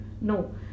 No